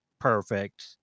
perfect